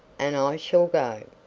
and i shall go.